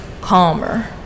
calmer